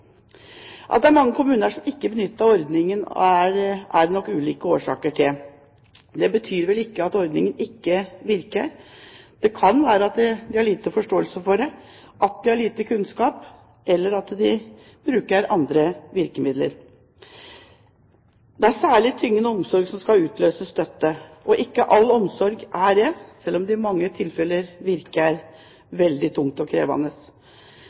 At det er mange kommuner som ikke benytter ordningen, har nok ulike årsaker. Det betyr vel ikke at ordningen ikke virker. Det kan være at det er lite forståelse for den, at det er lite kunnskap, eller at de bruker andre virkemidler. Det er «særlig tyngende omsorg» som skal utløse støtte. Ikke all omsorg er det, selv om det i mange tilfeller virker veldig tungt og krevende.